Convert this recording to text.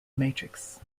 matrix